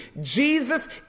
Jesus